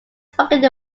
spoken